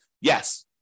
yes